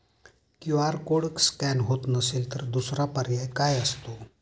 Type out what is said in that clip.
QR code scan होत नसेल तर दुसरा पर्याय काय असतो?